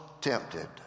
tempted